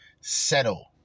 settle